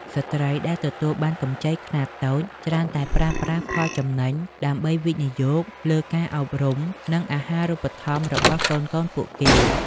ស្ត្រីដែលទទួលបានកម្ចីខ្នាតតូចច្រើនតែប្រើប្រាស់ផលចំណេញដើម្បីវិនិយោគលើការអប់រំ និងអាហារូបត្ថម្ភរបស់កូនៗពួកគេ។